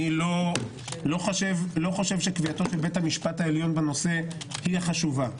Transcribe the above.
אני לא חושב שקביעתו של בית המשפט העליון בנושא היא החשובה.